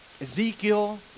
Ezekiel